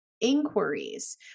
inquiries